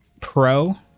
Pro